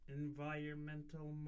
environmental